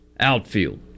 outfield